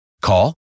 Call